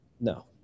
No